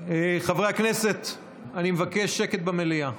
חברי הכנסת, אני מבקש שקט במליאה.